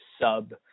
sub